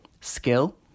skill